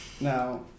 now